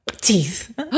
teeth